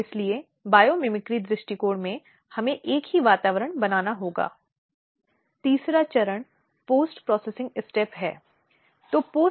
इसलिए हमारे पास कानून में वैवाहिक बलात्कार की छूट है